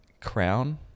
crown